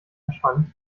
verschwand